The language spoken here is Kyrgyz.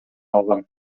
алган